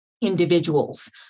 individuals